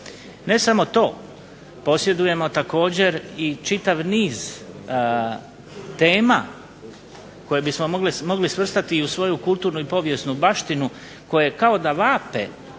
Ne samo to posjedujemo također i čitav niz tema koje bismo mogli svrstati u svoju kulturnu i povijesnu baštinu koje kao da vape